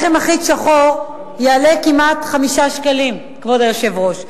לחם אחיד שחור יעלה כמעט 5 שקלים, כבוד היושב-ראש.